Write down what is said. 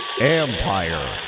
Empire